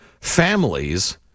families